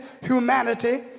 humanity